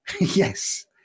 Yes